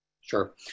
Sure